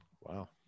Wow